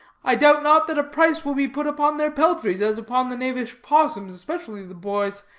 i doubt not that a price will be put upon their peltries as upon the knavish possums, especially the boys.